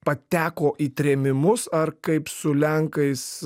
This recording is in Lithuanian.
pateko į trėmimus ar kaip su lenkais